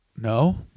no